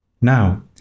Now